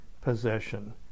possession